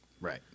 Right